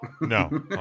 No